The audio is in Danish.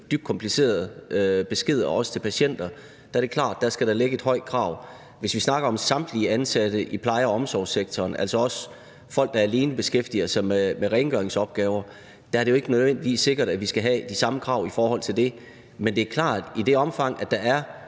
dybt komplicerede beskeder, også til patienter, så er det klart, at der skal være et højt krav. Hvis vi snakker om samtlige ansatte i pleje- og omsorgssektoren, altså også folk, der alene beskæftiger sig med rengøringsopgaver, så er det ikke nødvendigvis sikkert, at vi skal have de samme krav til dem. Men det er klart, at i det omfang, man skal